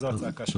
זו הצעקה שלנו.